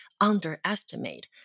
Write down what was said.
underestimate